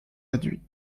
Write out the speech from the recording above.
réduit